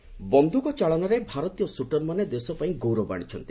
ସ୍ତଟିଂ ବନ୍ଧୁକ ଚାଳନାରେ ଭାରତୀୟ ସୁଟ୍ରମାନେ ଦେଶପାଇଁ ଗୌରବ ଆଣିଛନ୍ତି